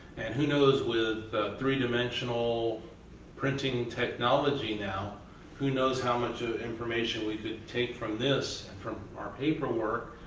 and who knows with three-dimensional printing technology, now who knows how much ah information we could take from this, from our paperwork,